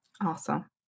Awesome